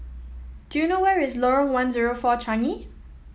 do you know where is Lorong one zero four Changi